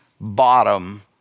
bottom